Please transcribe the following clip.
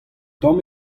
tomm